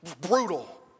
brutal